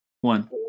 one